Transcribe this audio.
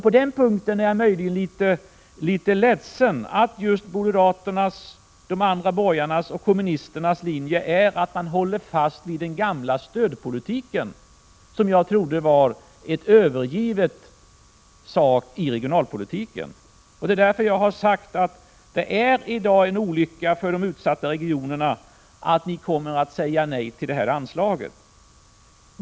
På den punkten är jag möjligen litet ledsen att moderaternas, de andra borgerligas och kommunisternas linje är att hålla fast vid den gamla stödpolitiken. Den trodde jag var övergiven inom regionalpolitiken. Därför har jag sagt att det är en olycka för de utsatta regionerna att ni i dag kommer att säga nej till detta anslag.